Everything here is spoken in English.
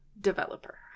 developer